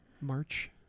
March